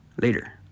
Later